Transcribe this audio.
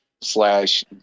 slash